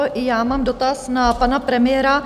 I já mám dotaz na pana premiéra.